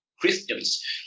Christians